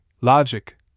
logic